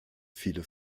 viele